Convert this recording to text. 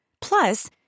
Plus